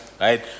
right